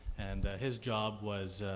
and his job was,